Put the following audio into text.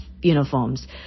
uniforms